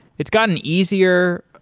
it's gotten easier,